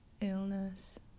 illness